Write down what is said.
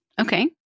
Okay